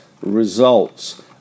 results